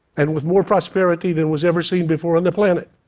and with more prosperity than was ever seen before on the planet.